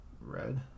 red